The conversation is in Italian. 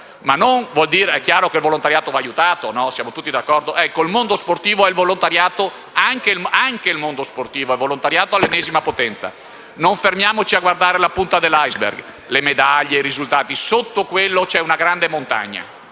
È chiaro che il volontariato va aiutato, siamo tutti d'accordo. Ebbene, anche il mondo sportivo è volontariato all'ennesima potenza. Non fermiamoci a guardare la punta dell'*iceberg*, le medaglie e i risultati. Sotto quello c'è una grande montagna,